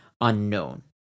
unknown